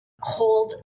hold